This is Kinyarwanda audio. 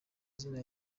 izina